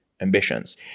ambitions